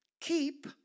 keep